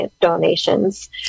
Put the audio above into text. donations